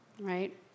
right